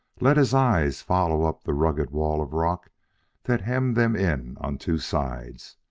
let his eyes follow up the rugged wall of rock that hemmed them in on two sides.